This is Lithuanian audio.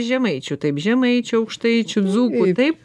žemaičių taip žemaičių aukštaičių dzūkų taip